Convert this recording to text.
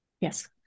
Yes